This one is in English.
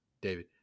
David